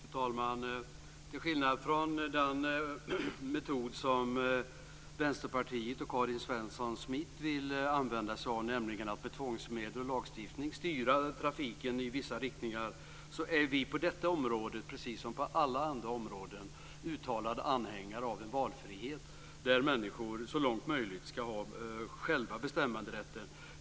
Fru talman! Till skillnad från den metod som Vänsterpartiet och Karin Svensson Smith vill använda sig av, nämligen att med tvångsmedel och lagstiftning styra trafiken i vissa riktningar, är vi på detta område, som på alla andra områden, uttalade anhängare av valfrihet. Människor ska så långt möjligt själva ha bestämmanderätten.